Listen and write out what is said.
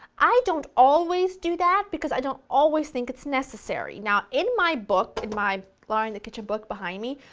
i don't always do that because i don't always think it's necessary. now, in my book in my laura in the kitchen book behind me,